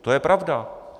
To je pravda.